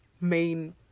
main